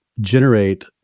generate